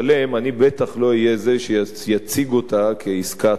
אני בטח לא אהיה זה שיציג אותה כעסקה טובה.